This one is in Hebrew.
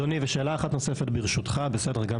אדוני, ושאלה אחת נוספת, ברשותך, בסדר?